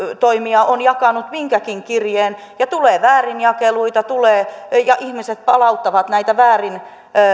on jakanut minkäkin kirjeen tulee väärinjakeluita ja ihmiset palauttavat näitä väärin